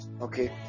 Okay